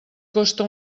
costa